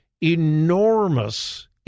enormous